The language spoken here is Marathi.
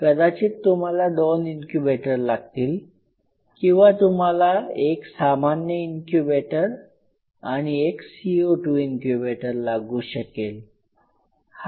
कदाचित तुम्हाला दोन इन्क्युबेटर लागतील किंवा तुम्हाला एक सामान्य इन्क्युबेटर आणि एक CO2 इन्क्युबेटर लागू शकेल